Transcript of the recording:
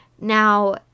Now